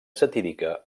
satírica